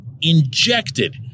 injected